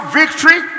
victory